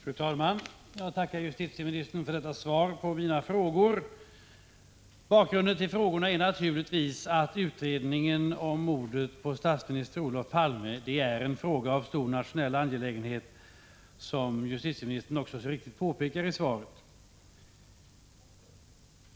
Fru talman! Jag tackar justitieministern för detta svar på mina frågor. Bakgrunden till frågorna är naturligtvis att utredningen om mordet på statsminister Olof Palme är en fråga av stor nationell angelägenhet, såsom justitieministern mycket riktigt påpekar i svaret.